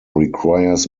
requires